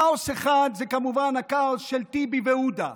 כאוס אחד הוא כמובן הכאוס של טיבי ועודה,